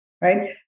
right